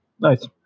Nice